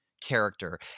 character